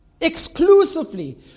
exclusively